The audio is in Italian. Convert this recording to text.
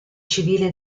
civile